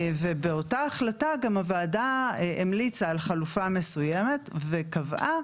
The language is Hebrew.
באותה החלטה גם הוועדה המליצה על חלופה מסוימת וקבעה